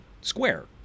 square